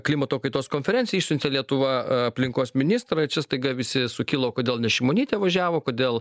klimato kaitos konferencija išsiuntė lietuva aplinkos ministrą čia staiga visi sukilo kodėl ne šimonytė važiavo kodėl